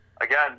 again